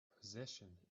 possession